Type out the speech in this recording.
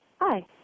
hi